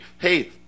hey